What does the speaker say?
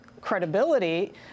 Credibility